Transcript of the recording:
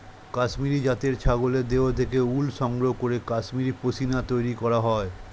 কাশ্মীরি জাতের ছাগলের দেহ থেকে উল সংগ্রহ করে কাশ্মীরি পশ্মিনা তৈরি করা হয়